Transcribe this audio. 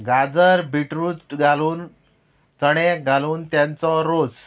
गाजर बिटरूट घालून चणे घालून तेंचो रोस